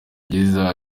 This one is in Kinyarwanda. byiza